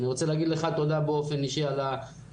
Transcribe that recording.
אני רוצה להגיד לך תודה באופן אישי על המעורבות